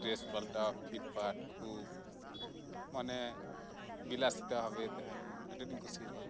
dress ᱯᱟᱞᱴᱟᱣ ᱯᱷᱤᱴᱼᱯᱷᱟᱴ ᱠᱚ ᱢᱟᱱᱮ ᱵᱤᱞᱟᱥᱤᱛᱟ ᱵᱷᱟᱵᱮ ᱛᱟᱦᱮᱱ ᱟᱹᱰᱤ ᱟᱹᱴᱤᱧ ᱠᱩᱥᱟᱭᱟᱜᱼᱟ